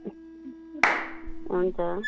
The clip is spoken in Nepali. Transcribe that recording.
हुन्छ